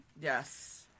Yes